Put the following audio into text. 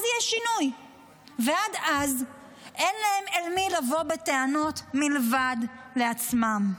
ועד אז אין להם אל מי לבוא בטענות מלבד לעצמם.